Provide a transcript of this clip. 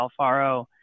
Alfaro